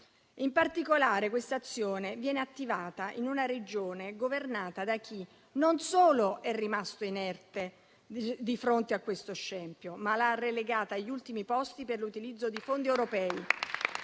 In particolare, quest'azione viene attivata in una Regione governata da chi, non solo è rimasto inerte di fronte a questo scempio, ma l'ha relegata agli ultimi posti per l'utilizzo di fondi europei